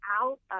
out